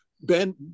Ben